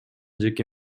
жеке